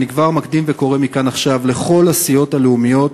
אני כבר מקדים וקורא מכאן עכשיו לכל הסיעות הלאומיות